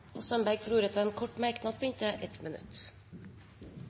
Nina Sandberg har hatt ordet to ganger tidligere og får ordet til en kort merknad, begrenset til 1 minutt.